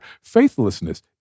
faithlessness